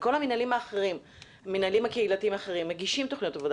וכל המינהלים הקהילתיים האחרים מגישים תוכניות עבודה,